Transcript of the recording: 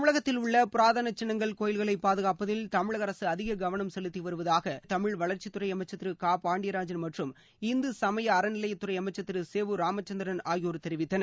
தமிழகத்தில் உள்ள புராதன சின்னங்கள் கோயில்களை பாதுகாப்பதில் தமிழக அரசு அதிக கவனம் செலுத்தி வருவதாக மாநில தமிழ் வளர்ச்சித்துறை அமைச்சர் திரு க பாண்டியராஜன் மற்றும் இந்து சமய அறநிலையத்துறை அமைச்சர் திரு சேவூர் ராமச்சந்திரன் ஆகியோர் தெரிவித்தனர்